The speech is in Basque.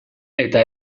eta